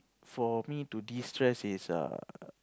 for me to destress is err